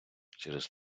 через